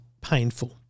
painful